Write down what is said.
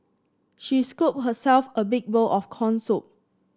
she scooped herself a big bowl of corn soup